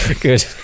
Good